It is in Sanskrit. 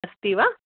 अस्ति वा